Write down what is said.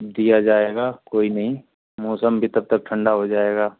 दिया जाएगा कोई नही मौसम भी तब ठंडा हो जाएगा